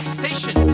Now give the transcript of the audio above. station